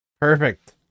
Perfect